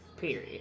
period